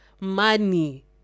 money